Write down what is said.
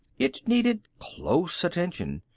it needed close attention.